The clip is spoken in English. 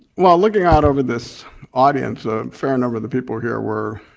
well looking out over this audience a fair number of the people here were,